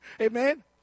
amen